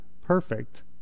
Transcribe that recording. perfect